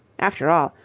after all,